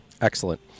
Excellent